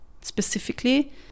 specifically